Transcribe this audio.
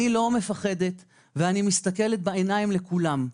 אני לא מפחדת, אני מסתכלת בעיניים לכולם.